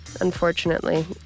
unfortunately